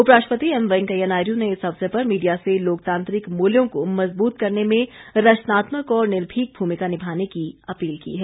उपराष्ट्रपति एम वेंकैया नायडू ने इस अवसर पर मीडिया से लोकतांत्रिक मूल्यों को मजबूत करने में रचनात्मक और निर्भीक भूमिका निभाने की अपील की है